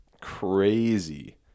crazy